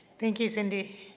thank you, cindy.